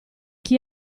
chi